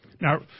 Now